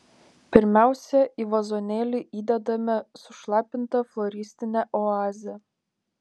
pirmiausia į vazonėlį įdedame sušlapintą floristinę oazę